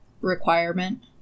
Requirement